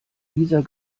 dieser